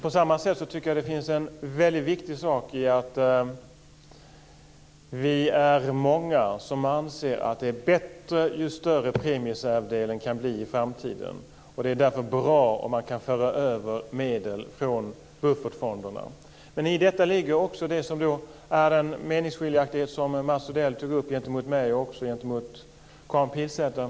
På samma sätt tycker jag att det är väldigt viktigt att vi är många som anser att det är bättre ju större premiereservsdelen kan bli i framtiden. Det är därför bra om man kan föra över medel från buffertfonderna. I detta ligger också den meningsskiljaktighet som Mats Odell tog upp gentemot mig och Karin Pilsäter.